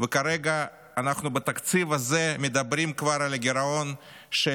וכרגע בתקציב הזה אנו מדברים כבר על הגירעון של